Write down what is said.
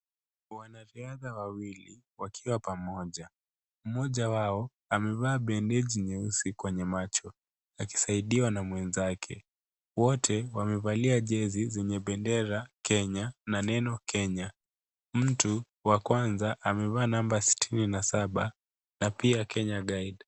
Wanariadha wawili wakiwa pamoja. Mmoja wao amevaa bedeji nyeusi kwenye macho akisaidiwa na mwenzake. Wote wamevalia jezi zenye bendera Kenya na neno Kenya. Mtu wa kwanza amevaa namba sitini na saba na pia Kenya guide .